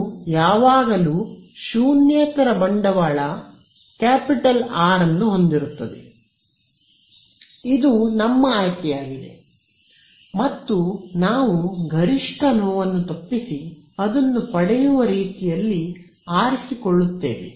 ಅದು ಯಾವಾಗಲೂ ಶೂನ್ಯೇತರ ಬಂಡವಾಳ R ಅನ್ನು ಹೊಂದಿರುತ್ತದೆ ಇದು ನಮ್ಮ ಆಯ್ಕೆಯಾಗಿದೆ ಮತ್ತು ನಾವು ಗರಿಷ್ಠ ನೋವನ್ನು ತಪ್ಪಿಸಿ ಅದನ್ನು ಪಡೆಯುವ ರೀತಿಯಲ್ಲಿ ಆರಿಸಿಕೊಳ್ಳುತ್ತೇವೆ